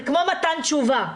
זה כמו מתן תשובה.